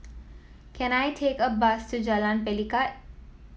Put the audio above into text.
can I take a bus to Jalan Pelikat